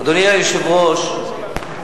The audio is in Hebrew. אדוני היושב-ראש,